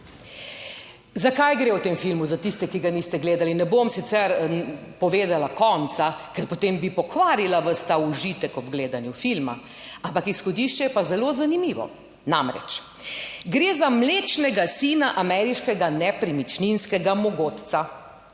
Za kaj gre v tem filmu, za tiste, ki ga niste gledali? Ne bom sicer povedala konca, ker potem bi pokvarila ves ta užitek ob gledanju filma, ampak izhodišče je pa zelo zanimivo. Namreč, gre za mlečnega sina ameriškega nepremičninskega mogotca,